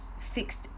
fixed